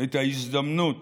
את ההזדמנות